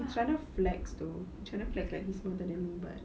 he's trying to flex though he's trying to flex like he's older than me but